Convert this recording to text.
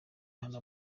hano